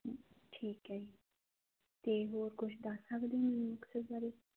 ਠੀਕ ਤੇ ਹੋਰ ਕੁਝ ਦੱਸ ਸਕਦੇ ਹੋ ਮੈਨੂੰ ਮੁਕਤਸਰ ਬਾਰੇ